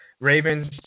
Ravens